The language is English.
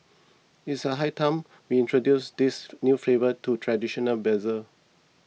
it is high time we introduce these new flavours to traditional bazaar